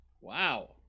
Wow